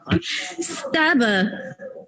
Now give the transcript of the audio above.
Stabber